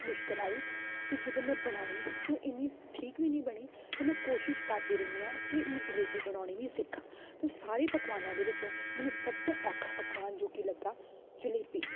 ਮੁਸ਼ਕਿਲ ਆਈ ਅਤੇ ਜਦੋਂ ਮੈਂ ਬਣਾਈ ਤੋਂ ਇਨੀ ਠੀਕ ਵੀ ਨਹੀਂ ਬਣੀ ਅਤੇ ਮੈਂ ਕੋਸ਼ਿਸ਼ ਕਰਦੀ ਰਹਿੰਦੀ ਹਾਂ ਕਿ ਮੈਂ ਜਲੇਬੀ ਬਣਾਉਣੀ ਵੀ ਸਿੱਖਾਂ ਅਤੇ ਉਹ ਸਾਰੇ ਪਕਵਾਨਾਂ ਦੇ ਵਿੱਚੋਂ ਮੈਨੂੰ ਸਭ ਤੋਂ ਔਖਾ ਪਕਵਾਨ ਜੋ ਕਿ ਲੱਗਾ ਜਲੇਬੀ